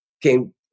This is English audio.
came